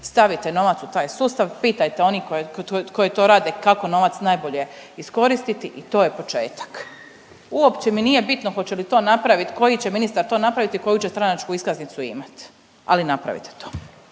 stavite novac u taj sustav, pitajte one koji to rade kako novac najbolje iskoristiti i to je početak. Uopće mi nije bitno hoće li to napravit, koji će ministar to napravit i koju će stranačku iskaznicu imat, ali napravite to.